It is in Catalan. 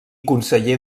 conseller